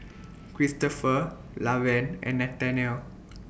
Kristopher Lavern and Nathanial